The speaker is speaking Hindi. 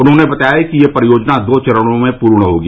उन्होंने बताया कि यह परियोजना दो चरणों में पूर्ण होगी